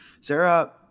Sarah